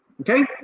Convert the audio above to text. okay